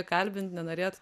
įkalbint nenorėjot